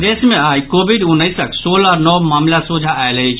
प्रदेश मे आई कोविड उन्नैसक सोलह नव मामिला सोझा आयल अछि